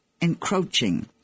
encroaching